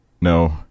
No